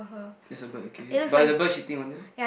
there's a bird okay but is the bird shitting on her